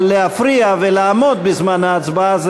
אבל להפריע ולעמוד בזמן ההצבעה,